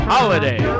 Holiday